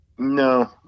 No